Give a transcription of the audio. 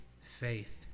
faith